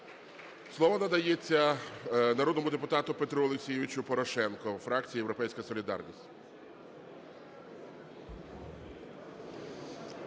Слово надається народному депутату Петру Олексійовичу Порошенку, фракція "Європейська солідарність".